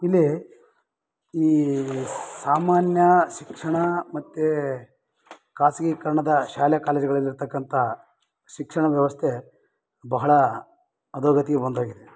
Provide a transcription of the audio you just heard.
ಇಲ್ಲಿ ಈ ಸಾಮಾನ್ಯ ಶಿಕ್ಷಣ ಮತ್ತು ಖಾಸಗೀಕರಣದ ಶಾಲೆ ಕಾಲೇಜುಗಳಲ್ಲಿ ಇರತಕ್ಕಂಥ ಶಿಕ್ಷಣದ ವ್ಯವಸ್ಥೆ ಬಹಳ ಅಧೋಗತಿ ಬಂದೋಗಿದೆ